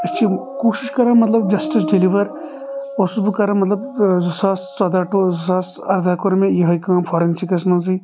أسۍ چھِ کوٗشش کارن مطلب جسٹٕس ڈیٚلِور اوسُس بہٕ کارن مطلب زٕ ساس ژۄدہ ٹوٚ زٕ ساس اردہ کوٚر مےٚ یِہے کٲم فاریٚنسکس منٛزٕے